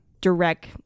direct